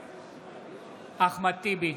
בעד אחמד טיבי,